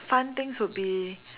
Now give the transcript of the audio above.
fun things would be